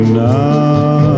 now